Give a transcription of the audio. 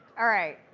all right.